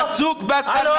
זה פסוק בתנ"ך.